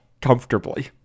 Comfortably